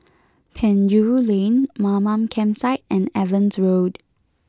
Penjuru Lane Mamam Campsite and Evans Road